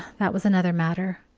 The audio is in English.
that was another matter.